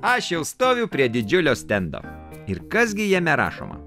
aš jau stoviu prie didžiulio stendo ir kas gi jame rašoma